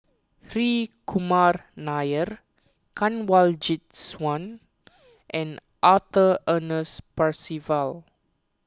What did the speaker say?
Hri Kumar Nair Kanwaljit Soin and Arthur Ernest Percival